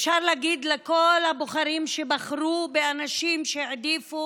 אפשר להגיד לכל הבוחרים שבחרו באנשים שהעדיפו